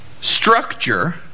structure